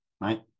right